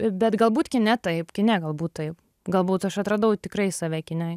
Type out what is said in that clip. bet galbūt kine taip kine galbūt taip galbūt aš atradau tikrai save kine